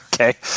Okay